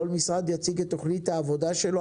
כל משרד יציג את תוכנית העבודה שלו,